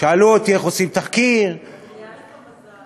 שאלו אותי איך עושים תחקיר, היה לך מזל.